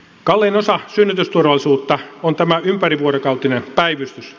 kallein osa synnytysturvallisuutta on tämä ympärivuorokautinen päivystys